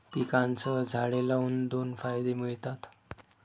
पिकांसह झाडे लावून दोन फायदे मिळतात